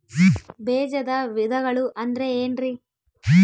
ಬೇಜದ ವಿಧಗಳು ಅಂದ್ರೆ ಏನ್ರಿ?